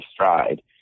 stride